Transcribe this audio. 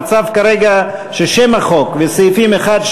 המצב כרגע ששם החוק וסעיפים 1,